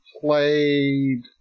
played